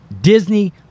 Disney